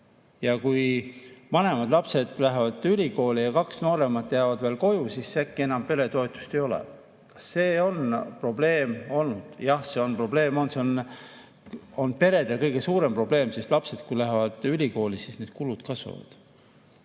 ja kui vanemad lapsed lähevad ülikooli ja kaks nooremat jäävad veel koju, siis äkki enam peretoetust ei ole, on probleem olnud? Jah, see on probleem olnud. See on perede kõige suurem probleem, sest kui lapsed lähevad ülikooli, siis kulud kasvavad. Kas